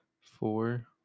four